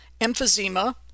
emphysema